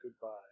goodbye